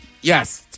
Yes